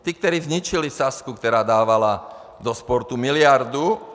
Ti, kteří zničili Sazku, která dávala do sportu miliardu.